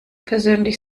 persönlich